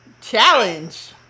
Challenge